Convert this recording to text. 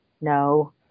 no